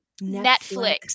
Netflix